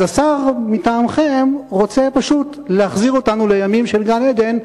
אז השר מטעמכם רוצה פשוט להחזיר אותנו לימים של גן-עדן,